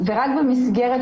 ורק במסגרת,